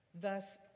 thus